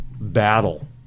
battle